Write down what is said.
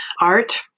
Art